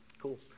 Cool